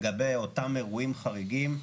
לגבי אותם אירועים חריגים,